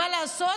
מה לעשות,